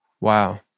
Wow